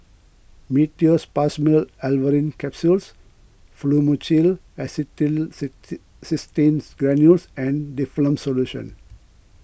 Meteospasmyl Alverine Capsules Fluimucil Granules and Difflam Solution